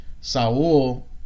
Saul